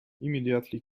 immediately